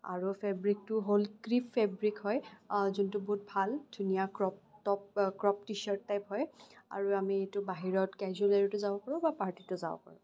আৰু ফেব্ৰিকটো হ'ল ক্ৰিপ ফেব্ৰিক হয় যোনটো বহুত ভাল ধুনীয়া crop top crop T shirt type হয় আৰু আমি এইটো বাহিৰত কেজুৱেল ৱেৰটো যাব পাৰোঁ বা পাৰ্টিটো যাব পাৰোঁ